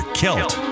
kilt